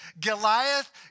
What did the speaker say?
Goliath